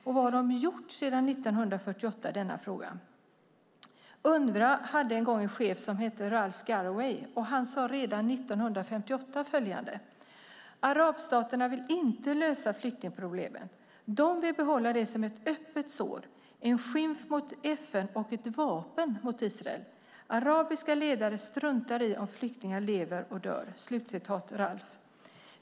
Vad har de gjort sedan 1948 i denna fråga? Unrwa hade en gång en chef vid namn Ralph Galloway. Redan 1958 sade han följande: Arabstaterna vill inte lösa flyktingproblemet. De vill behålla det som ett öppet sår, en skymf mot FN och ett vapen mot Israel. Arabiska ledare struntar i om flyktingar lever eller dör.